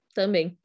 também